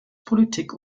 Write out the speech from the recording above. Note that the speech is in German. politik